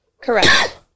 Correct